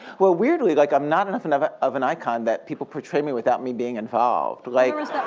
well weirdly, like i'm not enough enough of an icon that people portray me without me being involved. like